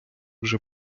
вже